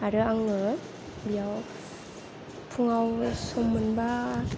आरो आङो बेयाव फुङाव सम मोनबा